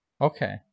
Okay